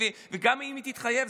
וגם אם היא תתחייב,